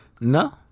no